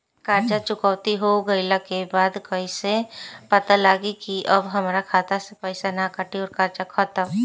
कर्जा चुकौती हो गइला के बाद कइसे पता लागी की अब हमरा खाता से पईसा ना कटी और कर्जा खत्म?